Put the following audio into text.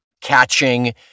catching